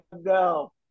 No